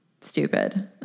stupid